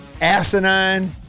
asinine